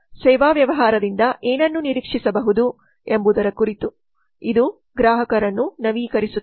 ಸೇವಾ ವ್ಯವಹಾರದಿಂದ ಏನನ್ನು ನಿರೀಕ್ಷಿಸಬಹುದು ಎಂಬುದರ ಕುರಿತು ಇದು ಗ್ರಾಹಕರನ್ನು ನವೀಕರಿಸುತ್ತದೆ